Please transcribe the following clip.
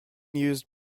used